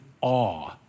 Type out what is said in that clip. awe